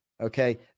Okay